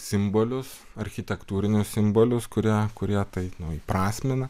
simbolius architektūrinius simbolius kurie kurie tai nu įprasmina